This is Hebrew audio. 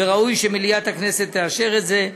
וראוי שמליאת הכנסת תאשר את זה.